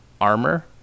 armor